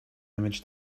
image